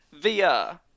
VR